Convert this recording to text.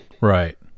Right